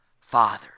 Father